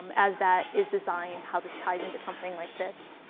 as that is designed, how this ties into something like this.